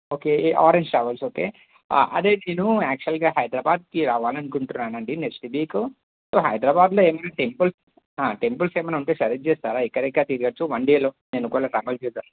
okay ఈ Orange Travels okay అదే నేను యాచ్యువల్గా నేను హైదరాబాద్కి రావాలి అనుకుంటున్నానండి నెక్స్ట్ వీక్ సో హైదరాబాద్లో ఏమైనా టెంపుల్స్ టెంపుల్స్ ఏమైనా ఉంటే సజెస్ట్ చేస్తారా ఎక్కడెక్కడ తిరగొచ్చు వన్ డేలో నేనొకవేళ ట్రావెల్